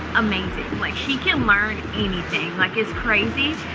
amazing. like, she can learn anything. like, it's crazy.